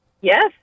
Yes